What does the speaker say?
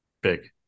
Big